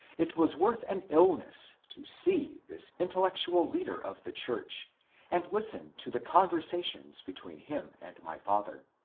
it was worth an illness to see this intellectual leader of the church and listen to the conversations between him and my father.